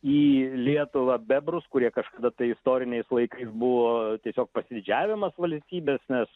į lietuvą bebrus kurie kažkada tai istoriniais laikais buvo tiesiog pasididžiavimas valstybės nes